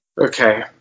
Okay